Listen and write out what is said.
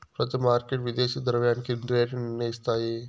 ప్రతి మార్కెట్ విదేశీ ద్రవ్యానికి రేటు నిర్ణయిస్తాయి